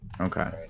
Okay